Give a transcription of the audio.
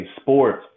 sports